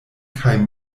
kaj